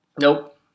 Nope